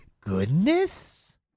goodness